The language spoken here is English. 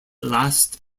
last